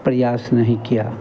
प्रयास नहीं किया